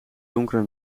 donkere